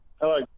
Hello